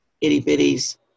Itty-bitties